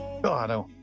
God